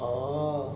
oh